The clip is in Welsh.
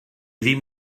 ddim